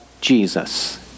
Jesus